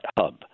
Hub